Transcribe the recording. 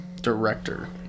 director